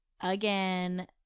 again